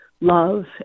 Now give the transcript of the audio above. love